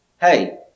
Hey